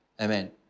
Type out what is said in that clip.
Amen